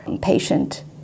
patient